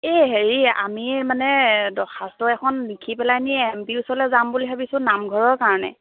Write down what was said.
এই হেৰি আমি মানে দৰ্খাস্ত এখন লিখি পেলাইনি এম পি ওচৰলৈ যাম বুলি ভাবিছোঁ নামঘৰৰ কাৰণে